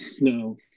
no